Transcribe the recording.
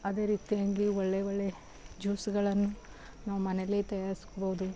ಅದೇ ರೀತಿ ಹಾಗೆ ಒಳ್ಳೆಯ ಒಳ್ಳೆಯ ಜ್ಯೂಸ್ಗಳನ್ನು ನಾವು ಮನೆಯಲ್ಲೇ ತಯಾರಿಸ್ಬೋದು